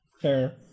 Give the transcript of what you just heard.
Fair